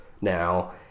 now